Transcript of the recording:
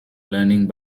learning